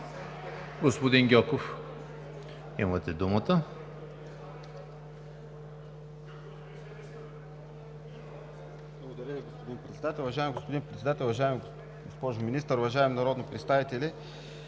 Господин Гьоков, имате думата.